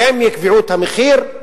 שהם יקבעו את המחיר.